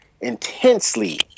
intensely